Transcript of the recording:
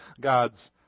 God's